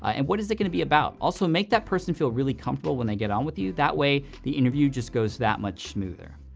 and what is it gonna be about? also, make that person feel really comfortable when they get on with you. that way, the interview just goes that much smoother.